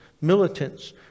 militants